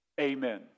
Amen